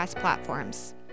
platforms